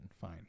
fine